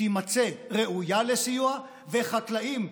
תימצא ראויה לסיוע, וחקלאים,